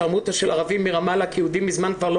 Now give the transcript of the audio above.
שרמוטה של ערבים מרמאללה כי יהודים מזמן כבר לא